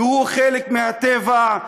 כי הוא חלק מהטבע,